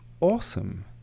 awesome